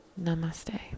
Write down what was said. namaste